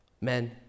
men